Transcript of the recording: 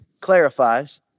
clarifies